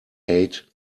hate